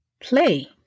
Play